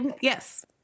yes